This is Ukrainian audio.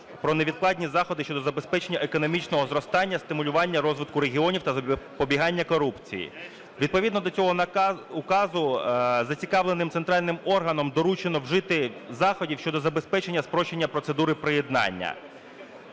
про невідкладні заходи щодо забезпечення економічного зростання, стимулювання розвитку регіонів та запобігання корупції. Відповідно до цього указу зацікавленим центральним органам доручено вжити заходів щодо забезпечення спрощення процедури приєднання.